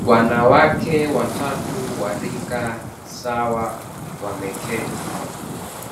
Wanawake watatu wa rika sawa wameketi